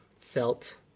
felt